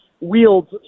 wields